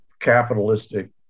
capitalistic